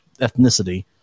ethnicity